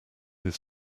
his